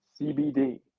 CBD